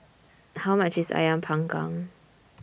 How much IS Ayam Panggang